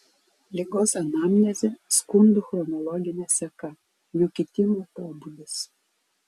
ligos anamnezė skundų chronologinė seka jų kitimo pobūdis